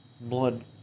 blood